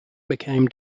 became